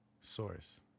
source